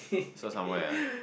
saw somewhere ah